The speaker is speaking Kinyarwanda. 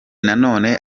nanone